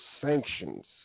sanctions